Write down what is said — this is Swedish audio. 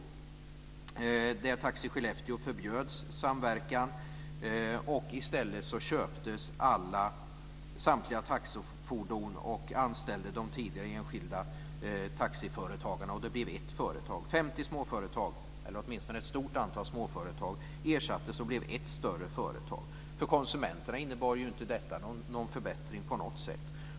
Taxi Skellefteå förbjöds samverkan, och i stället köpte man samtliga taxifordon och anställde de tidigare enskilda taxiföretagarna. Det blev ett företag. 50, eller åtminstone ett stort antal, småföretag ersattes och blev ett större företag. För konsumenterna innebar inte detta någon förbättring på något sätt.